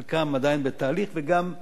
חלקם עדיין בתהליך וגם,